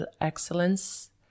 excellence